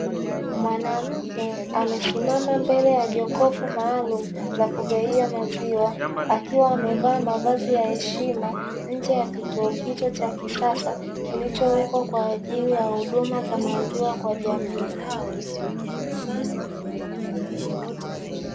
Mwanamke amesimama mbele ya jokofu maalumu la kugawia maziwa, akiwa amevaa mavazi ya heshima nje ya kituo hicho cha kisasa kilichowekwa kwa ajili ya huduma za maziwa kwa jamii.